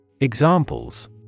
Examples